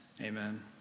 amen